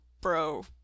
bro